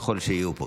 ככל שתהיה פה.